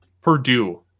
Purdue